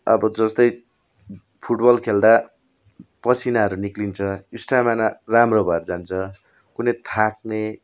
अब जस्तै फुटबल खेल्दा पसिनाहरू निक्लिन्छ स्टामिना राम्रो भएर जान्छ कुनै थाक्ने